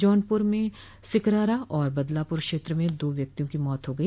जौनपुर में सिकरारा और बदलापुर क्षेत्र में दो व्यक्तियों की मौत हो गई